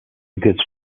gets